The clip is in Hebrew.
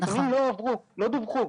הנתונים לא הועברו, לא דווחו.